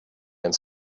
and